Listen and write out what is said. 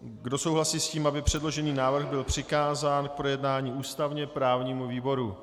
Kdo souhlasí s tím, aby předložený návrh byl přikázán k projednání ústavněprávnímu výboru?